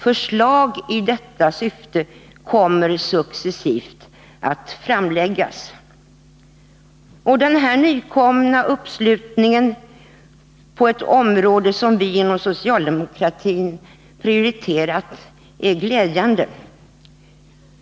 Förslag i detta syfte kommer successivt att framläggas. Den här nykomna uppslutningen på ett område som vi inom socialdemokratin prioriterat är glädjande.